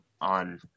on